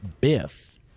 Biff